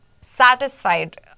satisfied